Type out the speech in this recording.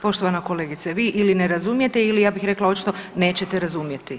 Poštovana kolegice, vi ili ne razumijete ili, ja bih rekla, očito, nećete razumjeti.